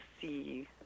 see